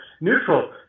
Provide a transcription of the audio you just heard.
neutral